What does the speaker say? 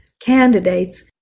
candidates